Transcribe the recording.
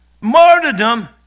Martyrdom